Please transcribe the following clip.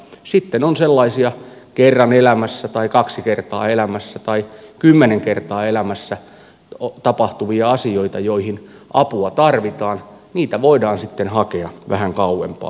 sitten on sellaisia kerran elämässä tai kaksi kertaa elämässä tai kymmenen kertaa elämässä tapahtuvia asioita joihin apua tarvitaan niitä voidaan sitten hakea vähän kauempaakin